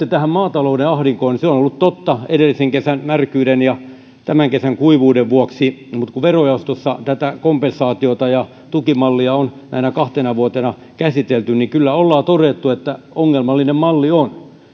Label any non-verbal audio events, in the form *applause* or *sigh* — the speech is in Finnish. *unintelligible* tähän maatalouden ahdinkoon se on ollut totta edellisen kesän märkyyden ja tämän kesän kuivuuden vuoksi mutta kun verojaostossa tätä kompensaatiota ja tukimallia on näinä kahtena vuotena käsitelty niin kyllä on todettu että ongelmallinen malli on